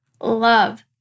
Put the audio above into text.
love